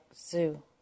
Zoo